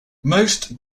most